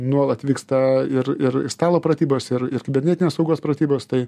nuolat vyksta ir ir stalo pratybos ir ir kibernetinės saugos pratybos tai